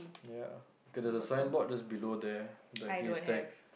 ya cause there is a signboard just below there the hashtag